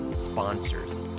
sponsors